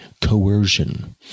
coercion